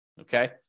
Okay